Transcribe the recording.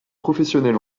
professionnel